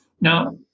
Now